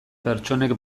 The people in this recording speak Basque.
pertsonek